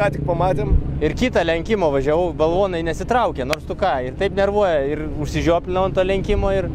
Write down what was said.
ką tik pamatėm ir kitą lenkimą važiavau balvonai nesitraukia nors tu ką ir taip nervuoja ir užsižioplinau lenkimo ir